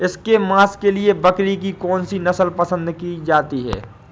इसके मांस के लिए बकरी की कौन सी नस्ल पसंद की जाती है?